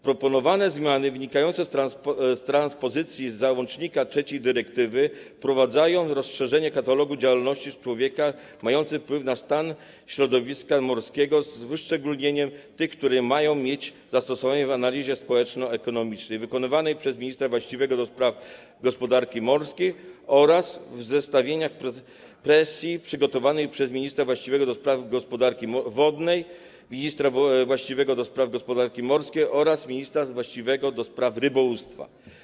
Proponowane zmiany, wynikające z transpozycji załącznika III do dyrektywy, wprowadzają rozszerzenie katalogu działalności człowieka mających wpływ na stan środowiska morskiego, z wyszczególnieniem tych, które mają mieć zastosowanie w analizie społeczno-ekonomicznej wykonywanej przez ministra właściwego do spraw gospodarki morskiej oraz w zestawieniach presji przygotowywanych przez ministra właściwego do spraw gospodarki wodnej, ministra właściwego do spraw gospodarki morskiej oraz ministra właściwego do spraw rybołówstwa.